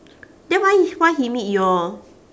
then why why he meet your